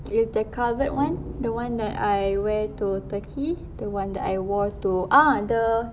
with the covered one the one that I wear to turkey the one that I wore to ah the